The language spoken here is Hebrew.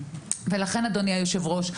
ולכן אדוני היושב-ראש,